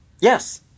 Yes